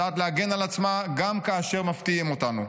שיודעת להגן על עצמה גם כאשר מפתיעים אותנו.